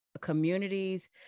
communities